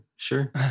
Sure